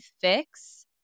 fix